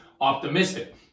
Optimistic